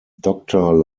doctor